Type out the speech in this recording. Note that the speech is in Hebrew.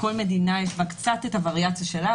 בכל מדינה יש קצת את הווריאציה שלה,